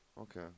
Okay